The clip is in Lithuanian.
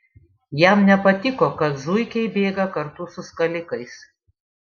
jam nepatiko kad zuikiai bėga kartu su skalikais